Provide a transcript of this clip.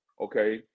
okay